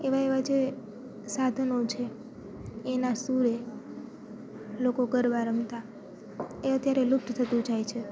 એવા એવા જે સાધનો છે એના સુરે લોકો ગરબા રમતા એ અત્યારે લુપ્ત થતું જાય છે